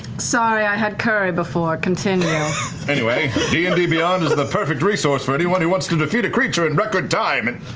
sorry, i had curry before, continue. travis anyway, d and d beyond is the perfect resource for anyone who wants to defeat a creature in record time. and